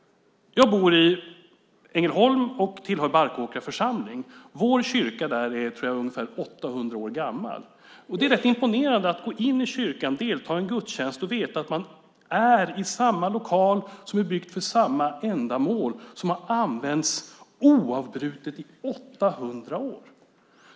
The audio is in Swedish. Jag bor i Ängelholm och tillhör Barkåkra församling. Vår kyrka där är ungefär 800 år gammal. Det är rätt imponerande att gå in i kyrkan och delta i en gudstjänst och veta att man är i samma lokal, byggd för ändamålet som har använts oavbrutet i 800 år.